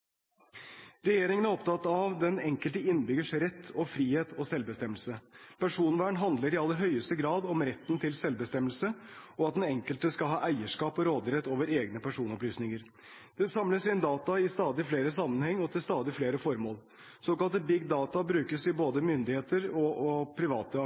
Regjeringen er opptatt av den enkelte innbyggers rett og frihet og selvbestemmelse. Personvern handler i aller høyeste grad om retten til selvbestemmelse, og om at den enkelte skal ha eierskap og råderett over egne personopplysninger. Det samles inn data i stadig flere sammenhenger og til stadig flere formål. Såkalte Big Data brukes av både myndigheter og private